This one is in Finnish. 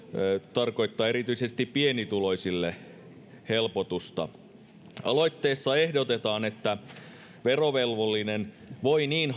tarkoittaa erityisesti pienituloisille helpotusta aloitteessa ehdotetaan että verovelvollinen voi niin